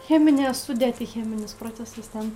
cheminę sudėtį cheminius procesus ten